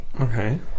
okay